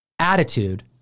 attitude